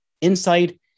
insight